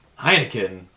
Heineken